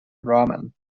rahman